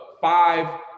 five